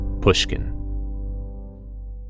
Pushkin